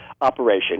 operation